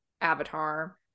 avatar